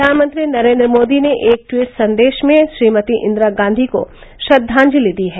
प्रधानमंत्री नरेंद्र मोदी ने एक ट्वीट संदेश में श्रीमती इंदिरा गांधी को श्रद्वांजलि दी है